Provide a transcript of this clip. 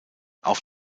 auf